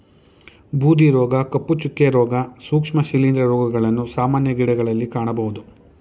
ಬೂದಿ ರೋಗ, ಕಪ್ಪು ಚುಕ್ಕೆ, ರೋಗ, ಸೂಕ್ಷ್ಮ ಶಿಲಿಂದ್ರ ರೋಗಗಳನ್ನು ಸಾಮಾನ್ಯ ಗಿಡಗಳಲ್ಲಿ ಕಾಣಬೋದು